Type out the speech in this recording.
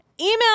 email